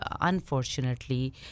unfortunately